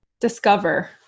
discover